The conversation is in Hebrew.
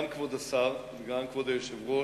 גם כבוד השר וגם כבוד היושב-ראש,